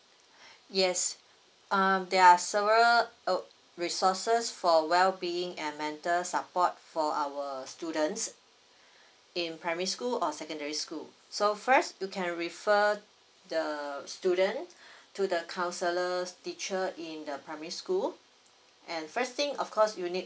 yes uh there are several uh resources for well being and mental support for our students in primary school or secondary school so first you can refer the student to the counsellors teacher in the primary school and first thing of course you need